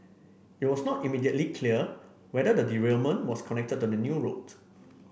it was not immediately clear whether the derailment was connected to the new route